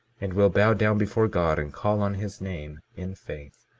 and will bow down before god, and call on his name in faith,